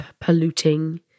polluting